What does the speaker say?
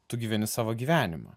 tu gyveni savo gyvenimą